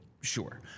sure